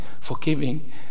forgiving